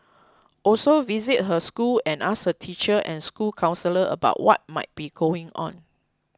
also visit her school and ask her teacher and school counsellor about what might be going on